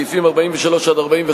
סעיפים 43 45,